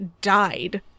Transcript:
died